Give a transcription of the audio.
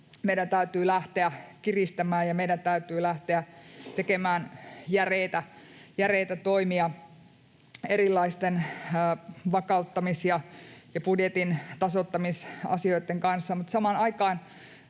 meidän täytyy lähteä kiristämään ja meidän täytyy lähteä tekemään järeitä toimia erilaisten vakauttamis- ja budjetin tasoittamisasioitten kanssa,